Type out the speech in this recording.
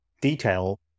detail